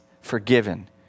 forgiven